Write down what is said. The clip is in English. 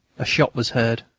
a shot was heard.